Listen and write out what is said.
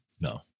no